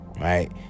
Right